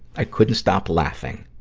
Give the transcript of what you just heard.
i couldn't stop laughing.